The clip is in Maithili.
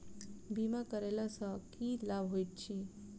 बीमा करैला सअ की लाभ होइत छी?